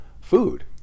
food